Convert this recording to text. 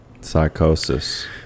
psychosis